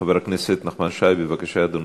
חבר הכנסת נחמן שי, בבקשה, אדוני.